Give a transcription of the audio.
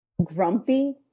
Grumpy